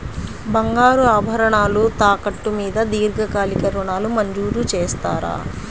బంగారు ఆభరణాలు తాకట్టు మీద దీర్ఘకాలిక ఋణాలు మంజూరు చేస్తారా?